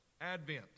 advent